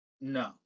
No